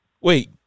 Wait